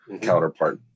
counterpart